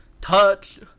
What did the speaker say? touch